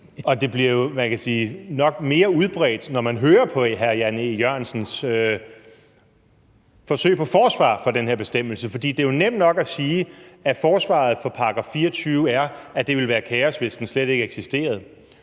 nok bliver mere udbredt, når man hører på hr. Jan E. Jørgensens forsøg på forsvar for den her bestemmelse. For det er jo nemt nok at sige, at forsvaret for § 24 er, at det ville være kaos, hvis den slet ikke eksisterede.